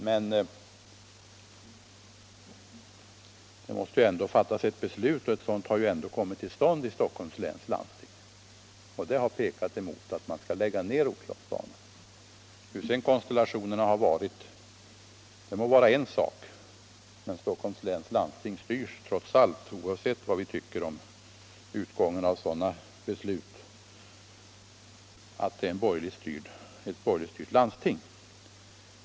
Men det måste ändå fattas ett beslut, och ett sådant har också kommit till stånd i Stockholms läns landsting. Det har pekat mot att man skall lägga ned Roslagsbanan. Hur konstellationen där har varit är en sak. Stockholms läns landsting är trots allt — oavsett vad vi tycker om beslutet — ett borgerligt styrt landsting.